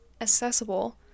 accessible